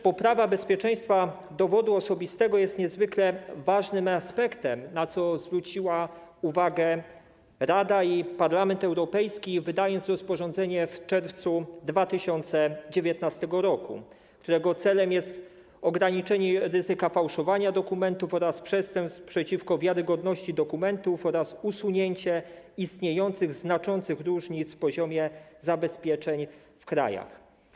Poprawa bezpieczeństwa dowodu osobistego jest niezwykle ważnym aspektem, na co zwróciły uwagę Rada i Parlament Europejski, wydając rozporządzenie w czerwcu 2019 r., którego celem jest ograniczenie ryzyka fałszowania dokumentów oraz przestępstw przeciwko wiarygodności dokumentów, jak również usunięcie istniejących znaczących różnic w poziomie zabezpieczeń stosowanych w różnych krajach.